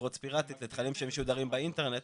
לפרוץ פיראטית לתכנים שמשודרים באינטרנט.